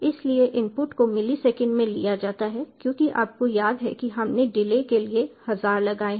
इसलिए इनपुट को मिलीसेकंड में लिया जाता है क्योंकि आपको याद है कि हमने डिले के लिए 1000 लगाए हैं